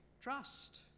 Trust